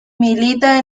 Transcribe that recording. milita